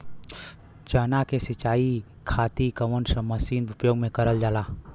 चना के सिंचाई खाती कवन मसीन उपयोग करल जाला?